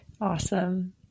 awesome